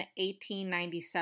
1897